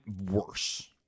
worse